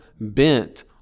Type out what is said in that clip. bent